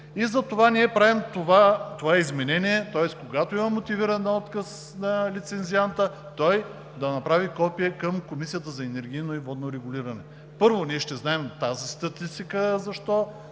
И затова ние правим това изменение, тоест, когато има мотивиран отказ на лицензианта, той да направи копие към Комисията за енергийно и водно регулиране. Първо, ние ще знаем тази статистика защо